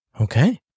Okay